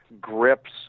grips